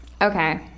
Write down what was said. Okay